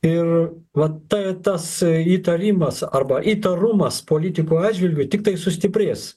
ir vat ta tas įtarimas arba įtarumas politikų atžvilgiu tiktai sustiprės